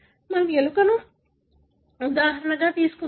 మనము ఎలుకను ఉదాహరణకు తీసుకందాం